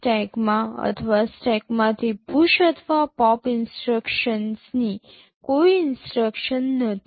સ્ટેકમાં અથવા સ્ટેકમાંથી પુશ અથવા પોપ ઇન્સટ્રક્શન્સની કોઈ ઇન્સટ્રક્શન નથી